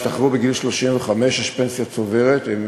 ישתחררו בגיל 35. יש פנסיה צוברת, והם